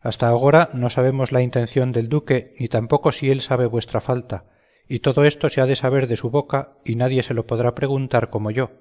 hasta agora no sabemos la intención del duque ni tampoco si él sabe vuestra falta y todo esto se ha de saber de su boca y nadie se lo podrá preguntar como yo